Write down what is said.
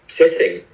sitting